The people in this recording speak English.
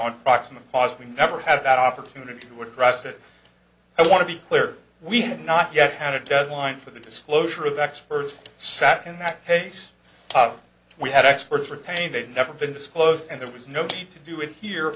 on proximate cause we never had that opportunity to address it i want to be clear we have not yet had a deadline for the disclosure of experts sat in that case we had experts repainted never been disclosed and there was no need to do it here